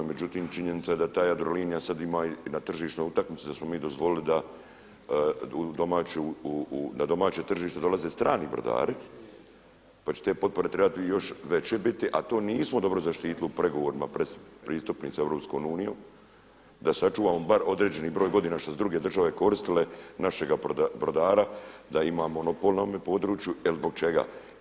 Međutim, činjenica je da ta Jadrolinija sad ima i na tržišnoj utakmici da smo mi dozvolili da na domaće tržište dolaze strani brodari, pa će te potpore trebati još veće biti, a to nismo dobro zaštitili u pregovorima predpristupnim s Europskom unijom, da sačuvamo bar određeni broj godina što su druge države koristile našega brodara, da ima monopol na ovom području il' zbog čega?